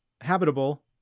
habitable